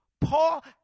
Paul